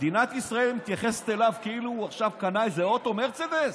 מדינת ישראל מתייחסת אליו כאילו זה עכשיו איזה אוטו מרצדס?